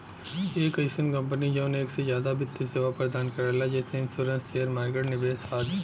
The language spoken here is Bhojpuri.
एक अइसन कंपनी जौन एक से जादा वित्त सेवा प्रदान करला जैसे इन्शुरन्स शेयर मार्केट निवेश आदि